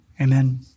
Amen